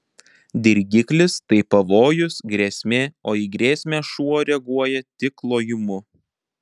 dirgiklis tai pavojus grėsmė o į grėsmę šuo reaguoja tik lojimu